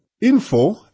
info